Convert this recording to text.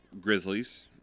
Grizzlies